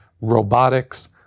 robotics